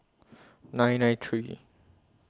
nine nine three